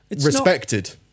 respected